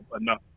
enough